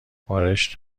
بارش